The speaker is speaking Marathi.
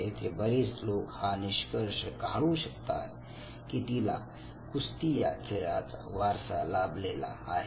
इथे बरेच लोक हा निष्कर्ष काढू शकतात कि तीला कुस्ती या खेळाचा वारसा लाभलेला आहे